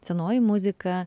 senoji muzika